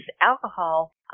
alcohol